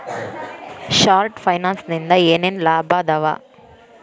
short ಫೈನಾನ್ಸಿನಿಂದ ಏನೇನ್ ಲಾಭದಾವಾ